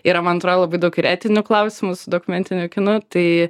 yra man atro labai daug ir etinių klausimų su dokumentiniu kinu tai